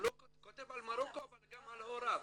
הוא כותב על מרוקו אבל גם על הוריו.